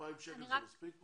2,000 שקל זה מספיק פה?